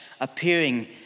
appearing